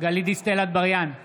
גלית דיסטל אטבריאן, בעד